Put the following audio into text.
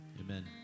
Amen